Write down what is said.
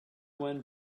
one